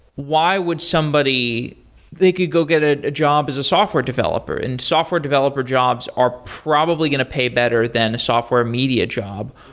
why would somebody they could go get ah a job as a software developer and software developer jobs are probably going to pay better than a software media job,